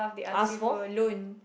ask for